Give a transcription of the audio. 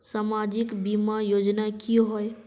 सामाजिक बीमा योजना की होय?